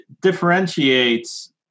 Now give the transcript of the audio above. differentiates